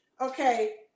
Okay